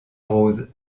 rose